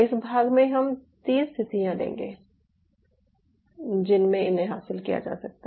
इस भाग में हम 3 स्थितियाँ लेंगे जिनमें इन्हें हासिल किया जा सकता है